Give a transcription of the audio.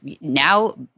now